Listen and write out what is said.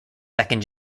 second